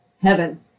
heaven